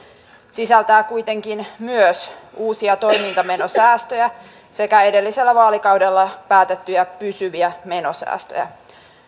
sisältää kuitenkin myös uusia toimintamenosäästöjä sekä edellisellä vaalikaudella päätettyjä pysyviä menosäästöjä